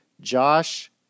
Josh